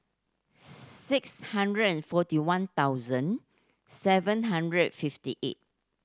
six hundred and forty one thousand seven hundred and fifty eight